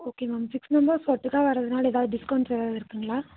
okay ma'am six members ஒட்டுக்கா வரதுனால ஏதாவது டிஸ்கவுண்ட்ஸ் ஏதாவது இருக்குதுங்களா